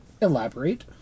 Elaborate